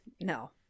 No